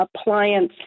appliance